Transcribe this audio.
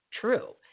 true